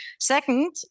Second